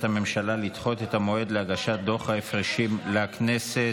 הממשלה לדחות את המועד להגשת דוח ההפרשים לכנסת.